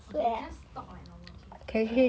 okay we just talk like normal okay okay